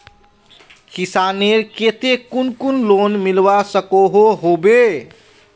किसानेर केते कुन कुन लोन मिलवा सकोहो होबे?